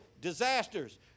disasters